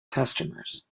customers